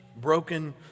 broken